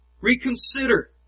Reconsider